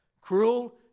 Cruel